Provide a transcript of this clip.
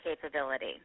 capability